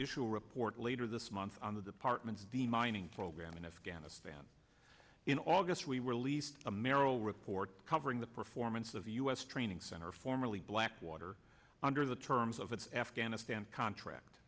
issue a report later this month on the department's dene mining program in afghanistan in august we released a merrill report covering the performance of the us training center formerly blackwater under the terms of its afghanistan contract